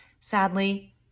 Sadly